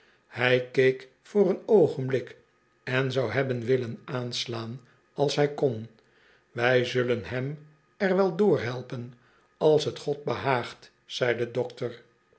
hij keek voor een oogenblik en zou hebben willen aanslaan als hij kon wij zullen hem er wel door helpen als t god behaagt zei de dokter